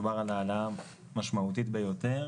מדובר על העלאה משמעותית ביותר.